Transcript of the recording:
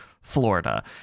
Florida